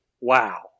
Wow